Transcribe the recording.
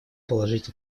положить